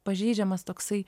pažeidžiamas toksai